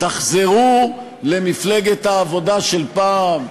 תחזרו למפלגת העבודה של פעם,